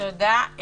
תודה.